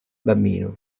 bambino